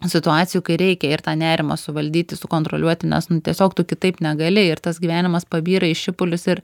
situacijų kai reikia ir tą nerimą suvaldyti sukontroliuoti nes nu tiesiog tu kitaip negali ir tas gyvenimas pabyra į šipulius ir